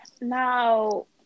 Now